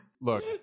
Look